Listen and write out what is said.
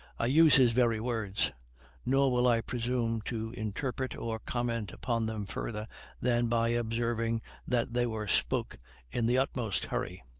i use his very words nor will i presume to interpret or comment upon them farther than by observing that they were spoke in the utmost hurry.